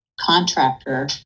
contractor